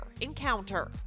encounter